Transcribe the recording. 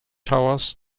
towers